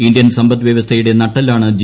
Indian സമ്പദ് വ്യവസ്ഥയുടെ നട്ടെല്ലാണ് ജി